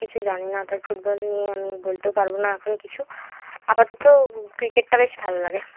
কিছু জানি না তাই ফুটবল নিয়ে আমি বলতেও পারবো না এখন কিছু আপাতত ক্রিকেটটা বেশ ভালো লাগে